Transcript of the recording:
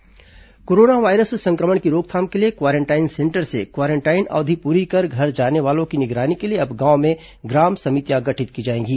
quarantine center corona virus सं क्र मण की रोकथाम के लिए क्वारेंटाइन सेंटर से क्वारेंटाइन अवधि प्री कर घर जाने वालों की निगरानी के लिए अब गांव में ग्राम समितियां गढित की जाएंगी